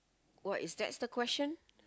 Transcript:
what is that's the question